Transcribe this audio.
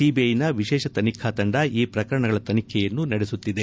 ಸಿಬಿಐನ ವಿಶೇಷ ತನಿಖಾ ತಂದ ಈ ಪ್ರಕರಣಗಳ ತನಿಖೆಯನ್ನು ನಡೆಸುತ್ತಿದೆ